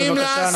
בבקשה.